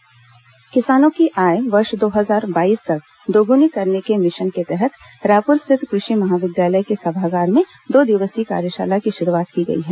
कार्यशाला किसानों की आय वर्ष दो हजार बाईस तक दोगुनी करने के मिशन के तहत रायपुर स्थित कृषि महाविद्यालय के सभागार में दो दिवसीय कार्यशाला की शुरूआत की गई है